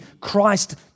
Christ